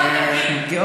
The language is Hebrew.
בגיל.